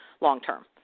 long-term